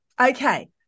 Okay